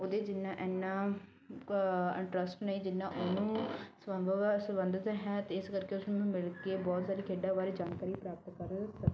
ਉਹਦੇ ਜਿੰਨਾ ਇੰਨਾ ਇੰਟਰਸਟ ਨਹੀਂ ਜਿੰਨਾ ਉਹਨੂੰ ਸੰਭਵ ਸੰਬੰਧਿਤ ਹੈ ਅਤੇ ਇਸ ਕਰਕੇ ਉਸਨੂੰ ਮ ਮਿਲ ਕੇ ਬਹੁਤ ਸਾਰੀ ਖੇਡਾਂ ਬਾਰੇ ਜਾਣਕਾਰੀ ਪ੍ਰਾਪਤ ਕਰ ਸਕਾਂ